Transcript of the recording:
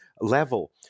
level